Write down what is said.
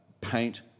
paint